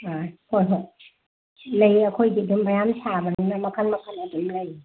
ꯎꯝ ꯍꯣꯏ ꯍꯣꯏ ꯂꯩꯌꯦ ꯑꯩꯈꯣꯏꯒꯤ ꯑꯗꯨꯝ ꯃꯌꯥꯝ ꯁꯥꯕꯅꯤꯅ ꯃꯈꯜ ꯃꯈꯜ ꯑꯗꯨꯝ ꯂꯩ